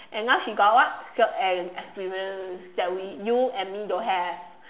and now she got what job ex~ experience that we you and me don't have